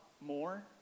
more